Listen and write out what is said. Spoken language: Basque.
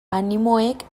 animoek